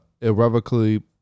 irrevocably